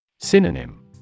Synonym